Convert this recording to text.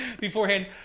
beforehand